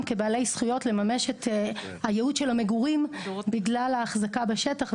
כבעלי זכות לממש את הייעוד של המגורים בגלל האחזקה בשטח,